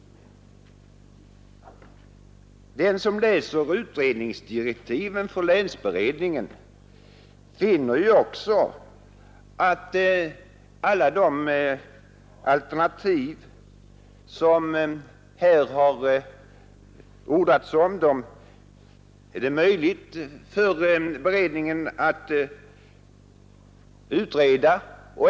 Den som läser direktiven för länsberedningen finner också att de alternativ som det här har ordats om är det möjligt för beredningen att utreda.